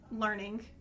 learning